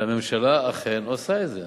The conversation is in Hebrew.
והממשלה אכן עושה את זה.